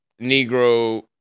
Negro